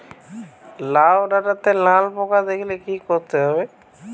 লাউ ডাটাতে লাল পোকা দেখালে কি করতে হবে?